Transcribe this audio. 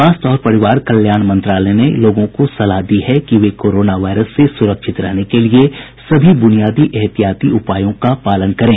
स्वास्थ्य और परिवार कल्याण मंत्रालय ने लोगों को सलाह दी है कि वे कोरोना वायरस से सुरक्षित रहने के लिए सभी बुनियादी एहतियाती उपायों का पालन करें